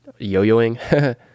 yo-yoing